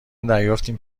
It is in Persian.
دریافتم